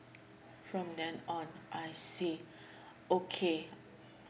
from then on I see okay